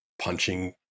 punching